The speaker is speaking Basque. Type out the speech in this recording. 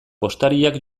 postariak